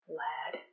lad